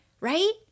right